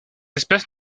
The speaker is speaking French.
espèce